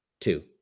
two